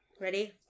Ready